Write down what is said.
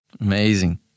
Amazing